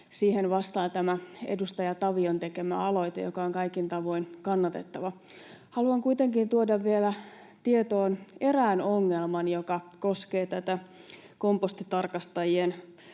siihen vastaa tämä edustaja Tavion tekemä aloite, joka on kaikin tavoin kannatettava. Haluan kuitenkin tuoda vielä tietoon erään ongelman, joka koskee tätä esitystä